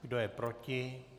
Kdo je proti?